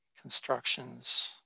constructions